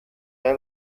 der